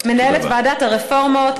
מנהלת ועדת הרפורמות,